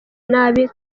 nabi